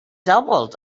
doubled